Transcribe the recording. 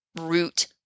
root